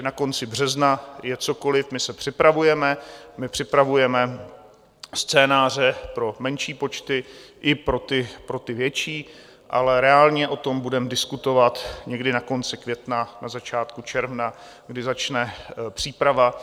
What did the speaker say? Teď na konci března je cokoliv, my se připravujeme, my připravujeme scénáře pro menší počty i pro ty větší, ale reálně o tom budeme diskutovat někdy na konci května, na začátku června, kdy začne příprava.